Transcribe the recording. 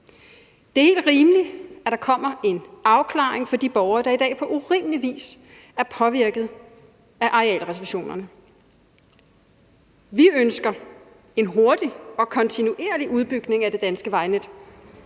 Det er helt rimeligt, at der kommer en afklaring for de borgere, der i dag på urimelig vis er påvirket af arealreservationerne. Vi ønsker en hurtig og kontinuerlig udbygning af det danske vejnet,